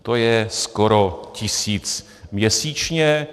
To je skoro tisíc měsíčně.